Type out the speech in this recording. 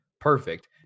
perfect